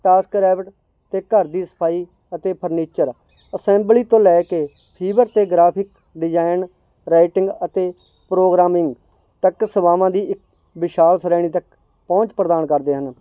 task rabbit ਅਤੇ ਘਰ ਦੀ ਸਫਾਈ ਅਤੇ ਫਰਨੀਚਰ ਅਸੈਂਬਲੀ ਤੋਂ ਲੈ ਕੇ ਫੀਵਰ ਅਤੇ ਗ੍ਰਾਫਿਕ ਡਿਜ਼ਾਇਨ ਰਾਈਟਿੰਗ ਅਤੇ ਪ੍ਰੋਗਰਾਮਿੰਗ ਤੱਕ ਸੇਵਾਵਾਂ ਦੀ ਇੱਕ ਵਿਸ਼ਾਲ ਸ਼੍ਰੇਣੀ ਤੱਕ ਪਹੁੰਚ ਪ੍ਰਦਾਨ ਕਰਦੇ ਹਨ